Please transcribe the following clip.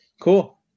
Cool